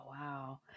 wow